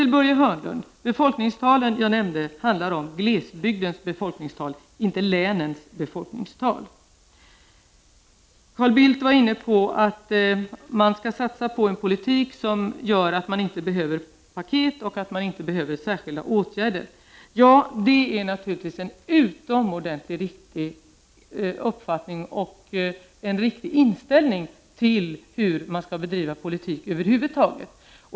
De befolkningstal som jag nämnde avsåg glesbygdens befolkningstal, inte länens, Börje Hörnlund. Carl Bildt tyckte att man skall satsa på en politik som gör att man inte behöver s.k. paket och särskilda åtgärder. Det är naturligtvis en utomordentligt bra uppfattning och en riktig inställning till hur man skall bedriva politik över huvud taget.